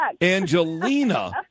Angelina